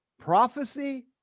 prophecy